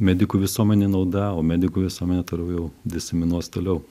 medikų visuomenei nauda o medikų visuomenė toliau jau disciminuos toliau